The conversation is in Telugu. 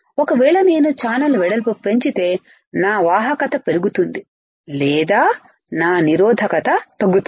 ఒకవేళ నేను ఛానల్ వెడల్పు పెంచితే నా వాహకత పెరుగుతుందిలేదా నా నిరోధకత తగ్గుతుంది